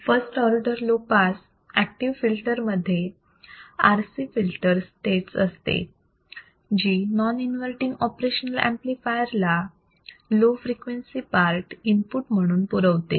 first order low pass active filter मध्ये RC filter status असते जी नॉन इन्वर्तींग ऑपरेशनल ऍम्प्लिफायर ला low frequency part input म्हणून पुरवते